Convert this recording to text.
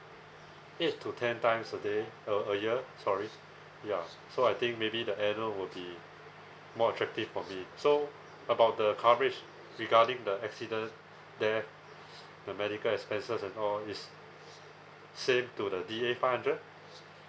eight to ten times a day a a year sorry ya so I think maybe the annual would be more attractive for me so about the coverage regarding the accident death the medical expenses and all is same to the D A five hundred